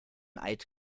eid